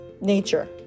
nature